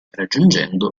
raggiungendo